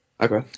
Okay